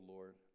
Lord